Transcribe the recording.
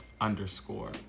underscore